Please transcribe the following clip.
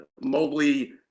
Mobley